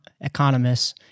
economists